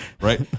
Right